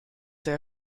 der